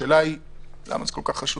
השאלה היא: למה זה כל כך חשוב?